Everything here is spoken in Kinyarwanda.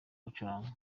gucuranga